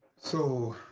so